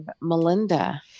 Melinda